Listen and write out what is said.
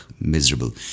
miserable